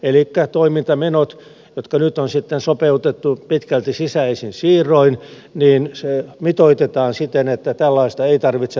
elikkä toimintamenot jotka nyt on sitten sopeutettu pitkälti sisäisin siirroin mitoitetaan siten että tällaista ei tarvitse tapahtua